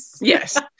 yes